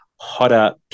hotter